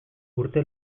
urte